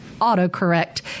autocorrect